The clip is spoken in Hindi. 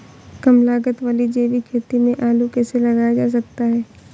कम लागत वाली जैविक खेती में आलू कैसे लगाया जा सकता है?